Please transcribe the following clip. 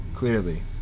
Clearly